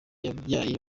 yabyaye